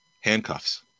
handcuffs